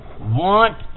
want